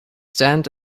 stand